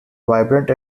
vibrant